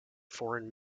foreign